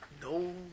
No